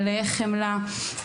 מלאי חמלה.